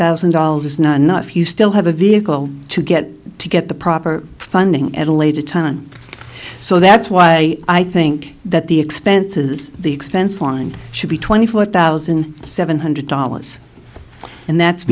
thousand dollars is not enough you still have a vehicle to get to get the proper funding at a later time so that's why i think that the expenses the expense line should be twenty four thousand seven hundred dollars and that's